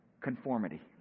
conformity